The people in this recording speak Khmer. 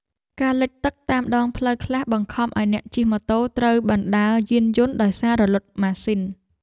ការលិចទឹកតាមដងផ្លូវខ្លះបង្ខំឱ្យអ្នកជិះម៉ូតូត្រូវបណ្ដើរយានយន្តដោយសាររលត់ម៉ាស៊ីន។